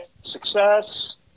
success